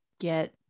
get